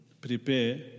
prepare